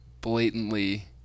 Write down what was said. blatantly